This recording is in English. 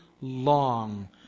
long